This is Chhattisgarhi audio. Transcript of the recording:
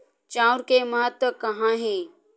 चांउर के महत्व कहां हे?